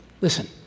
Listen